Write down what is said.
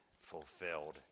fulfilled